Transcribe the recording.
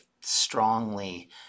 strongly